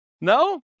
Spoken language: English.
no